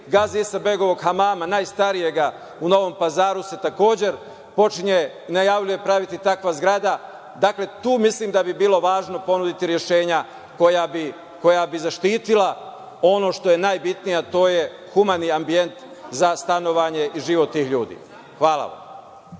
Gazi Husrev begovog hamama, najstarijeg u Novom Pazaru, se takođe najavljuje praviti takva zgrada. Dakle, tu mislim da bi bilo važno ponuditi rešenja koja bi zaštitila ono što je najbitnije, a to je humani ambijent za stanovanje i život tih ljudi. Hvala.